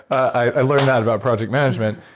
i learned that about project management.